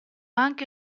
anche